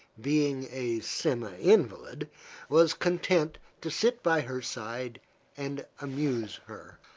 being a semi-invalid, was content to sit by her side and amuse her.